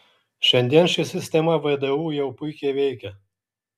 šiandien ši sistema vdu jau puikiai veikia